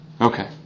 Okay